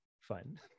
fun